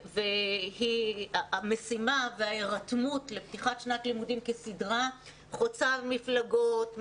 המשימה וההירתמות לפתיחת שנת לימודים כסדרה חוצה מפלגות,